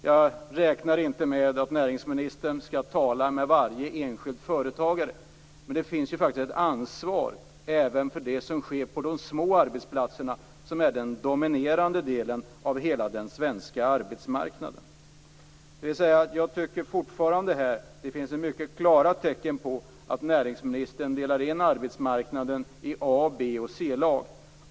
Jag räknar inte med att näringsministern skall tala med varje enskild företagare men det finns faktiskt ett ansvar även för det som sker på de små arbetsplatserna, som är den dominerande delen av hela den svenska arbetsmarknaden. Jag tycker således fortfarande att näringsministern, och detta finns det mycket klara tecken på, delar in arbetsmarknaden i A-, B och C-lag.